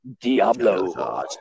Diablo